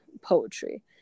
poetry